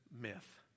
myth